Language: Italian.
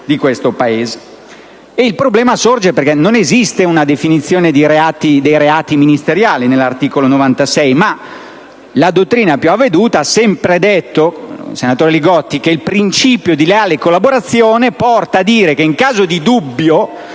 Il problema sorge perché non esiste una definizione dei reati ministeriali nell'articolo 96, ma la dottrina più avveduta ha sempre sostenuto, senatore Li Gotti, che il principio di leale collaborazione porta a dire che, in caso di dubbio